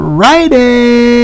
Friday